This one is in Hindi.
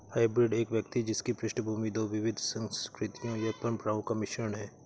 हाइब्रिड एक व्यक्ति जिसकी पृष्ठभूमि दो विविध संस्कृतियों या परंपराओं का मिश्रण है